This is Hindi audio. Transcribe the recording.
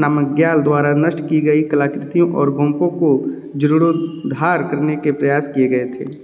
नामग्याल द्वारा नष्ट की गई कलाकृतियों और गोम्पों को जीर्णोद्धार करने के प्रयास किए गए थे